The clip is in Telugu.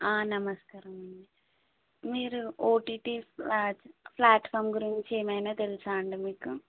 నమస్కారం అండి మీరు ఓటీటీ ప్లాట్ ప్లాట్ఫామ్ గురించి ఏమైన తెలుసా అండి మీకు